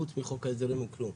חוץ מחוק ההסדרים אין כלום.